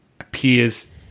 appears